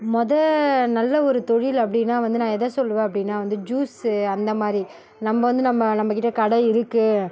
முத நல்ல ஒரு தொழில் அப்படின்னா வந்து நான் எதை சொல்லுவேன் அப்படின்னா வந்து ஜூஸு அந்த மாதிரி நம்ப வந்து நம்ம நம்பக்கிட்ட கடை இருக்கு